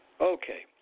Okay